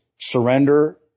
surrender